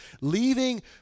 Leaving